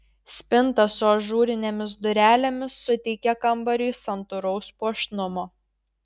spinta su ažūrinėmis durelėmis suteikia kambariui santūraus puošnumo